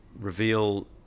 reveal